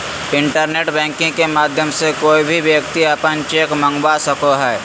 internet banking के माध्यम से कोय भी व्यक्ति अपन चेक मंगवा सको हय